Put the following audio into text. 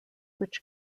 which